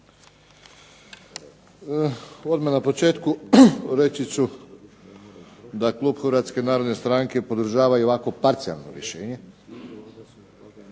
Hvala vam